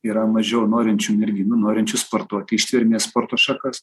yra mažiau norinčių merginų norinčių sportuoti ištvermės sporto šakas